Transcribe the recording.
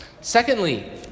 Secondly